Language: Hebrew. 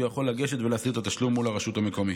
הוא יכול לגשת ולהסדיר את התשלום מול הרשות המקומית.